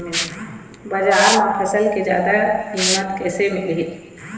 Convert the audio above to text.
बजार म फसल के जादा कीमत कैसे मिलही?